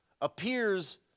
appears